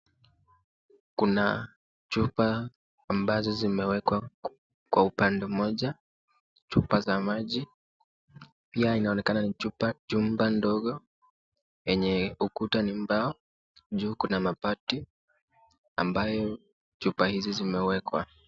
Kuna chupa ambazo zimeekewa kwa upande moja, chupa za maji . Pia inaonekana ni jumba ndogo yenye ukuta ni mbao . Juu kuna mabati ambayo chupa hizi zimewekwa.